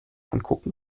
angucken